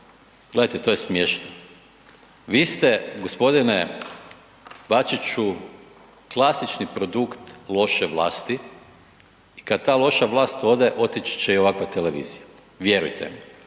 Gledajte, to je smiješno, vi ste g. Bačiću klasični produkt loše vlasti i kad ta loša vlast ode otići će i ovakva televizija, vjerujte mi.